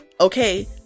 Okay